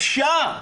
אפשר.